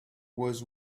was